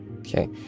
okay